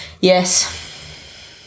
yes